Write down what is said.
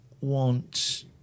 want